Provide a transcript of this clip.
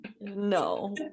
No